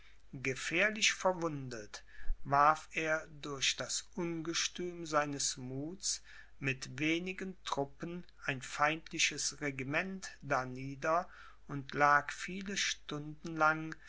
gefährlich verwundet warf er durch das ungestüm seines muths mit wenigen truppen ein feindliches regiment darnieder und lag viele stunden lang